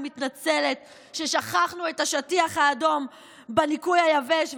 אני מתנצלת ששכחנו את השטיח האדום בניקוי היבש,